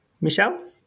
michelle